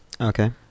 Okay